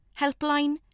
Helpline